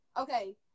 Okay